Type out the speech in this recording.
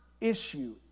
issue